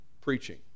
preaching